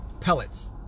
pellets